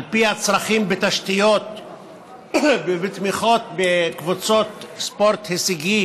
על פי הצרכים בתשתיות ובתמיכות בקבוצות ספורט הישגי